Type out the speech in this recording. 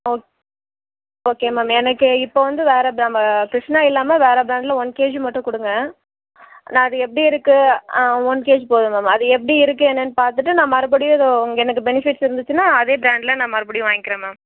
okay okay ma'am எனக்கு இப்போது வந்து வேற நம்ம கிருஷ்ணா இல்லாமல் வேற ப்ராண்டில் ஒன் கேஜி மட்டும் கொடுங்க நான் அது எப்படி இருக்குது ஆ ஒன் கேஜி போதும் மேம் அது எப்படி இருக்குது என்னன்னு பார்த்துட்டு நான் மறுபடியும் ஏதோ எனக்கு பெனிஃபிட்ஸ் இருந்துச்சுனால் அதே ப்ராண்டில் நான் மறுபடியும் வாங்கிக்கிறேன் மேம்